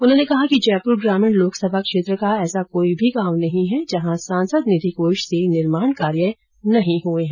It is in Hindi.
उन्होंने कहा कि जयपुर ग्रामीण लोकसभा क्षेत्र का ऐसा कोई भी गांव नहीं है जहां सांसद निधि कोष से निर्माण कार्य नहीं हुए हो